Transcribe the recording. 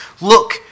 Look